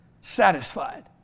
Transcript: satisfied